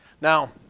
Now